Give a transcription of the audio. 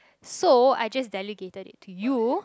so I just dedicated it to you